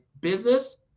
business